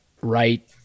right